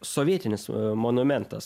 sovietinis monumentas